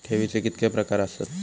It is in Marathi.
ठेवीचे कितके प्रकार आसत?